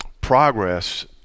progress